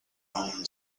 own